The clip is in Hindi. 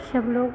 सब लोग